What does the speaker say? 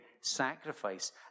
sacrifice